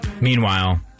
Meanwhile